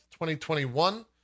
2021